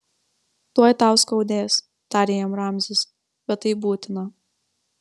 tuoj tau skaudės tarė jam ramzis bet tai būtina